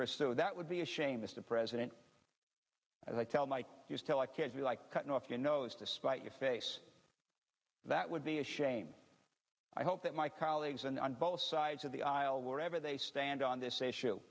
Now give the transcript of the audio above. pursued that would be a shame as the president and i tell mike you still i can't be like cutting off your nose to spite your face that would be a shame i hope that my colleagues and on both sides of the aisle wherever they stand on this issue